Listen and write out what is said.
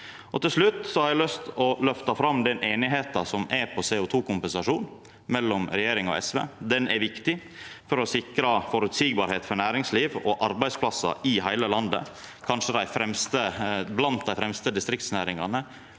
Til slutt har eg lyst til å løfta fram den einigheita som er på CO2-kompensasjon mellom regjeringa og SV. Den er viktig for å sikra føreseielege vilkår for næringsliv og arbeidsplassar i heile landet. Dei som kanskje er blant dei fremste distriktsnæringane,